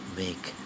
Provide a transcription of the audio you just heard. make